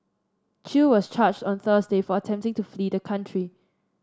Chew was charged on Thursday for attempting to flee the country